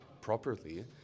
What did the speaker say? properly